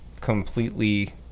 completely